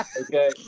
Okay